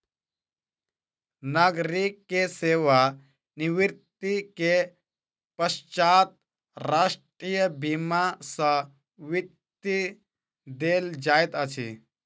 नागरिक के सेवा निवृत्ति के पश्चात राष्ट्रीय बीमा सॅ वृत्ति देल जाइत अछि